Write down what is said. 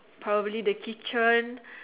probably the kitchen